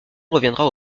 reviendra